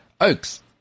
Oaks